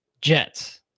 Jets